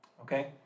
Okay